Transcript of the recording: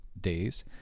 days